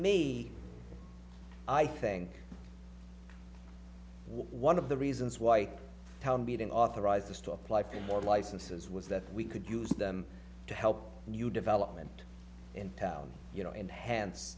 me i think one of the reasons white town meeting authorized to apply for more licenses was that we could use them to help new development intel you know and hence